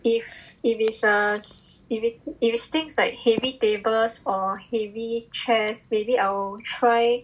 if if if it if it's err things like heavy tablets or heavy chairs maybe I'll try